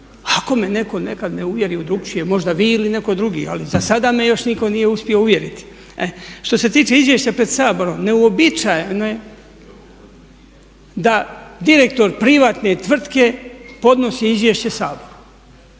ako me netko nekad ne uvjeri u drukčije. Možda vi ili netko drugi, ali za sada me još nitko nije uspio uvjeriti. E, što se tiče izvješća pred Saborom, neuobičajeno je da direktor privatne tvrtke podnosi izvješće Saboru.